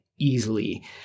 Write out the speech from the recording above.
easily